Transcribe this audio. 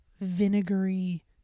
vinegary